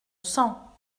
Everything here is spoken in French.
cent